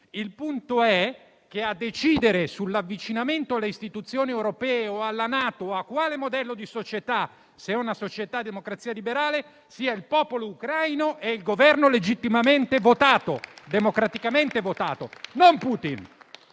Il punto è che a decidere sull'avvicinamento alle istituzioni europee o alla NATO o a quale modello di società, se a una società a democrazia liberale, siano il popolo ucraino e il Governo legittimamente e democraticamente votato, e non Putin